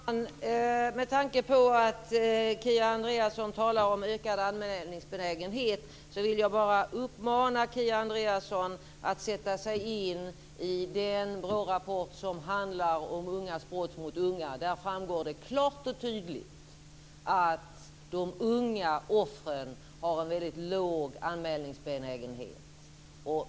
Herr talman! Men tanke på att Kia Andreasson talar om ökad anmälningsbenägenhet vill jag bara uppmana Kia Andreasson att sätta sig in i den BRÅ rapport som handlar om ungas brott mot unga. Där framgår det klart och tydligt att de unga offren har en väldigt låg anmälningsbenägenhet.